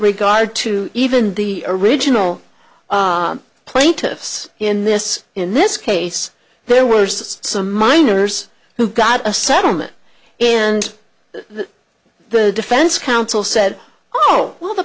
regard to even the original plaintiffs in this in this case there were some minors who got a settlement and that the defense counsel said oh well the